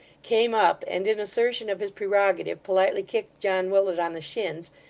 came up, and in assertion of his prerogative politely kicked john willet on the shins,